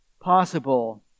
possible